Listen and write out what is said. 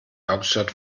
hauptstadt